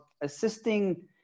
assisting